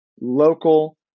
local